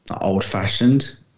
old-fashioned